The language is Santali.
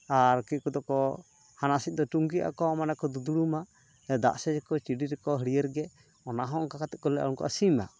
ᱟᱨ ᱠᱮ ᱠᱚᱫᱚ ᱠᱚ ᱦᱟᱱᱟ ᱥᱮᱫ ᱫᱚ ᱴᱩᱱᱠᱤᱜᱼᱟ ᱠᱚ ᱢᱟᱱᱮ ᱠᱚ ᱫᱩᱫᱽᱫᱲᱩᱢᱟ ᱫᱟᱜ ᱥᱮᱡᱟᱠᱚ ᱪᱤᱰᱤᱨᱟᱠᱚ ᱦᱟᱹᱨᱭᱟᱹᱲ ᱜᱮ ᱚᱱᱟ ᱦᱚᱸ ᱚᱱᱠᱟ ᱠᱟᱛᱮ ᱠᱩᱞᱟᱹᱜᱼᱟ ᱚᱱᱟ ᱫᱚ ᱥᱤᱢᱟᱜ